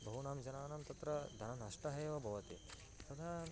बहूनां जनानां तत्र धननष्टः एव भवति तथा